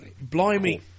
Blimey